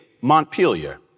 Montpelier